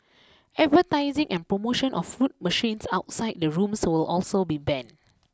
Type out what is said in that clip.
advertising and promotion of fruit machines outside the rooms will also be banned